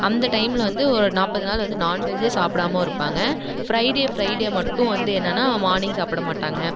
அந்த டைமில் வந்து ஒரு நாற்பது நாள் வந்து நான்வெஜ் சாப்பிடாம இருப்பாங்க ஃப்ரைடே ஃப்ரைடே மட்டும் வந்து என்னன்னா மார்னிங் சாப்பிட மாட்டாங்க